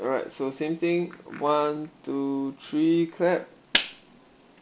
alright so same thing one to three clap